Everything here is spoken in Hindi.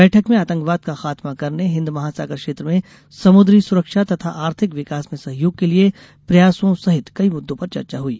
बैठक में आतंकवाद का खात्मा करने हिंद महासागर क्षेत्र में समुद्री सुरक्षा तथा आर्थिक विकास में सहयोग के लिए प्रयासों सहित कई मुद्दों पर चर्चा हुई